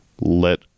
let